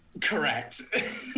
Correct